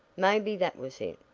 maybe that was it.